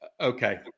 Okay